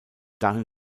darin